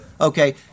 Okay